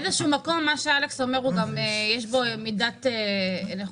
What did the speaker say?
מה שאלכס אומר, יש בו גם מידת נכונות.